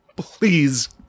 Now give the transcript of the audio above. Please